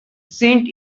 cent